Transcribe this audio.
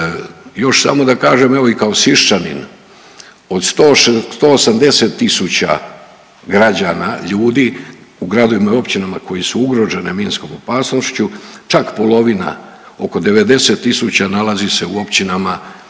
Još samo da kažem evo i kao Siščanin od 180 000 građana, ljudi u gradovima i općinama koji su ugrožene minskom opasnošću, čak polovina oko 90000 nalazi se u općinama na